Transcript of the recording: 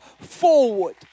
forward